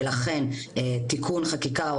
ולכן תיקון חקיקה,